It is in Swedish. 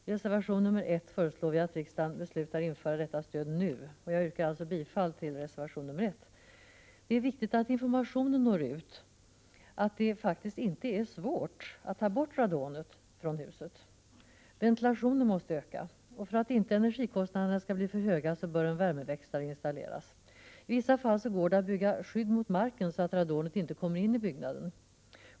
I reservation 1 föreslår vi att riksdagen skall besluta att införa detta stöd nu. Jag yrkar bifall till reservation 1. Det är viktigt att informationen når ut om att det faktiskt inte är svårt att ta bort radonet i hus. Ventilationen måste öka. För att inte energikostnaderna skall bli för höga, bör en värmeväxlare installeras. I vissa fall går det att bygga skydd mot marken, så att radonet inte kommer in i byggnaden.